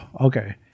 Okay